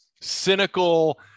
Cynical